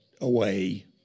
away